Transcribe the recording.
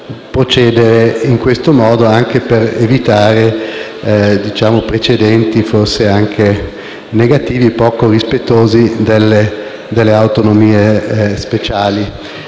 procedere in questo modo, anche per evitare precedenti negativi, poco rispettosi delle autonomie speciali.